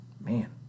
man